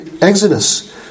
exodus